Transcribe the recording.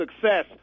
success